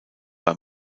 war